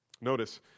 Notice